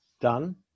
done